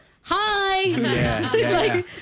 Hi